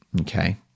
Okay